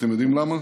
אתם יודעים למה?